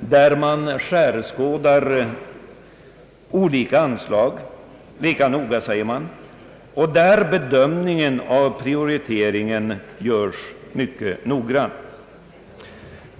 och man säger att man skärskådar olika anslag lika noga och gör bedömningen av prioriteringen mycket noggrant.